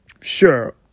sure